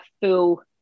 full